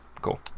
Cool